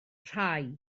rhai